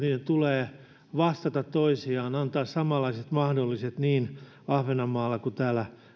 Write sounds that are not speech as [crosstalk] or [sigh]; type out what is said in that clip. [unintelligible] niiden tulee vastata toisiaan antaa samanlaiset mahdollisuudet niin ahvenanmaalla kuin täällä